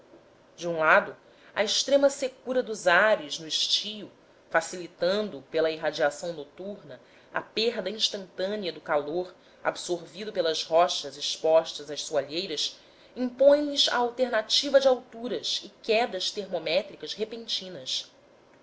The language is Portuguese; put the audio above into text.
de um lado a extrema secura dos ares no estio facilitando pela irradiação noturna a perda instantânea do calor absorvido pelas rochas expostas às soalheiras impõelhes a alternativa de alturas e quedas termométricas repentinas